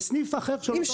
בסניף אחר של אותו בנק.